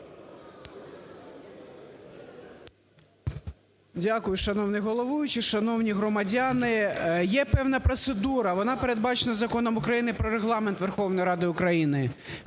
Дякую, шановний головуючий. Шановні громадяни, є певна процедура, вона передбачена Законом України "Про Регламент Верховної Ради України".